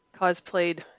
cosplayed